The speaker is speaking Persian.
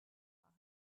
خواهم